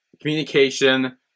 communication